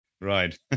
right